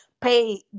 pay